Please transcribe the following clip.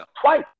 Twice